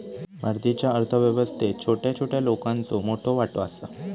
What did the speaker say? भारतीच्या अर्थ व्यवस्थेत छोट्या छोट्या लोकांचो मोठो वाटो आसा